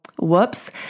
whoops